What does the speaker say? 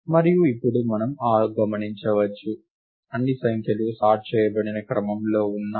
మరియు ఇప్పుడు మనం గమనించవచ్చు అన్ని సంఖ్యలు సార్ట్ చేయబడిన క్రమంలో ఉన్నాయి